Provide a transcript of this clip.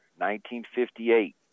1958